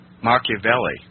Machiavelli